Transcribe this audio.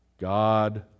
God